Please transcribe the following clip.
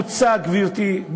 למוצא, גברתי.